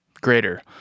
greater